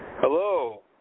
Hello